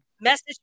Message